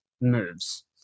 moves